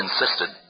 insisted